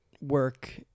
work